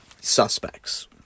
suspects